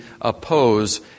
oppose